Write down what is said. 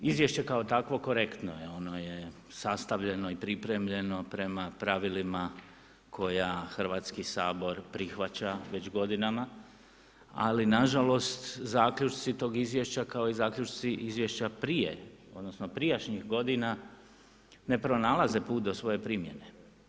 Izvješće kao takvo korektno je, ono je sastavljeno i pripremljeno prema pravilima koja Hrvatski sabor prihvaća već godinama, ali na žalost zaključci tog izvješća kao i zaključci izvješća prije, odnosno prijašnjih godina ne pronalaze put do svoje primjene.